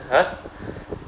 !huh!